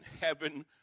heaven